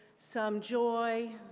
some joy,